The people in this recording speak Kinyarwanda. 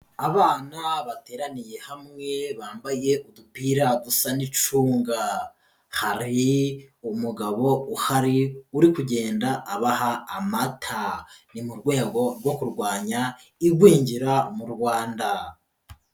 Abana bateraniye hamwe bambaye udupira dusa n'icunga, hari umugabo uhari uri kugenda abaha amata, ni mu rwego rwo kurwanya igwingira mu Rwanda.